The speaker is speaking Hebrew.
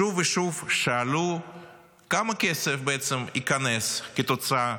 שוב ושוב שאלו כמה כסף ייכנס כתוצאה